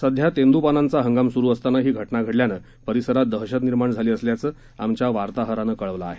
सध्या तेंदूपानांचा हंगाम सुरु असताना ही घटना झाल्यानं परिसरात दहशत निर्माण झाली असल्याचं आमच्या वार्ताहरानं कळवलं आहे